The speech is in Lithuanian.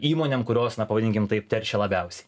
įmonėm kurios na pavadinkim taip teršia labiausiai